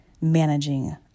Managing